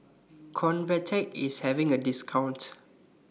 Convatec IS having A discount